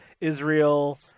Israel